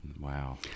Wow